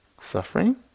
Suffering